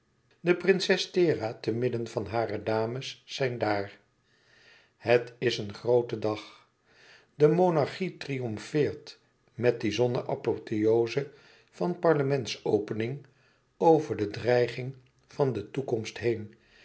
de prinses thera te midden van hare dames zijn daar het is een groote dag de monarchie triomfeert met die zonne apotheoze van parlementsopening over de dreiging van toekomst heen